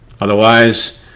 Otherwise